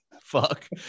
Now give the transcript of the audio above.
Fuck